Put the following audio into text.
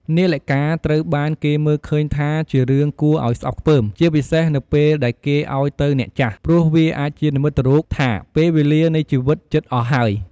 នាឡិកាត្រូវបានគេមើលឃើញថាជារឿងគួរឲ្យស្អប់ខ្ពើម ជាពិសេសនៅពេលដែលគេឲ្យទៅអ្នកចាស់ ព្រោះវាអាចជានិមិត្តរូបថា ពេលវេលានៃជីវិតជិតអស់ហើយ។